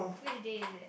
which day is it